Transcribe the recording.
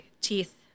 teeth